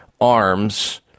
arms